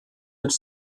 mit